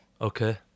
Okay